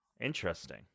Interesting